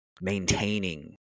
maintaining